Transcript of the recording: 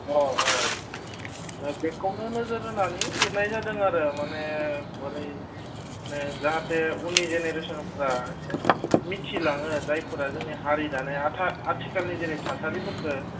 अ बेखौनो नोजोर होनानै लिरनाय जादों आरो माने बोरै माने जाहाथे उननि जेनेरेसनफ्रा एसे मिथिलाङो जायफोरा जोंनि हारि दानाय आथिखालनि जेरै थासारिफोरखो